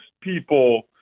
people